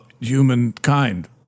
humankind